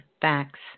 Facts